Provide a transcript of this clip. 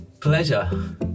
Pleasure